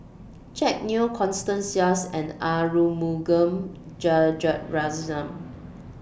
Jack Neo Constance Sheares and Arumugam Vijiaratnam